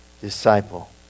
disciple